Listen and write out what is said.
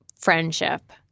friendship